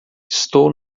estou